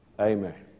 Amen